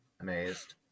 amazed